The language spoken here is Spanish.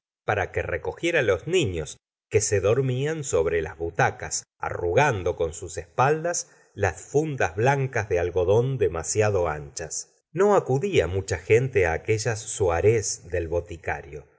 para que recogiera los niftos que se dormían sobre las butacas arrugando con sus espaldas las fundas blancas de algodón demasiado anchas no acudía mucha gente aquellas soihes del boticario